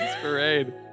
parade